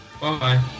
Bye